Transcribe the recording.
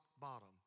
bottom